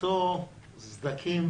למצוא סדקים,